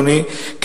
אדוני,